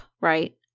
right